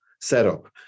setup